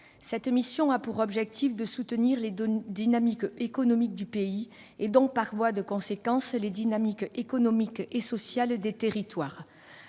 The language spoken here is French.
cette mission a pour objectif de soutenir les dynamiques économiques du pays et, par voie de conséquence, les dynamiques économiques et sociales des territoires.